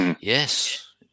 Yes